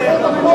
זה לא נכון.